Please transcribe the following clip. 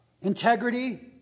integrity